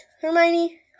Hermione